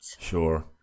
Sure